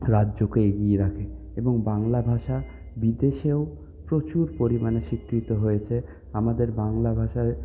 রাজ্যকে এগিয়ে রাখে এবং বাংলা ভাষা বিদেশেও প্রচুর পরিমাণে স্বীকৃত হয়েছে আমাদের বাংলা ভাষায়